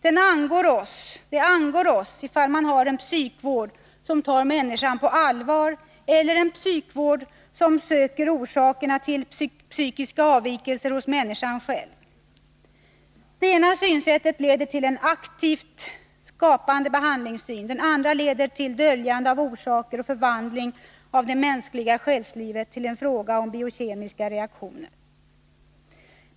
Det angår oss, ifall man har en psykvård som tar människan på allvar eller en psykvård som söker orsakerna till psykiska avvikelser hos människan själv. Det ena synsättet leder till en aktiv, skapande behandlingssyn. Det andra leder till döljande av orsaker och förvandling av det mänskliga själslivet till en fråga om biokemiska reaktioner.